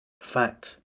Fact